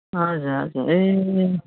हजुर हजुर ए